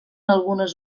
algunes